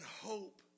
hope